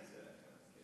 נגד מי הזעקה?